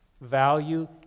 value